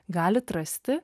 galit rasti